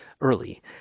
early